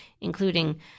including